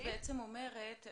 את בעצם אומרת,